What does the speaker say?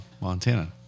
Montana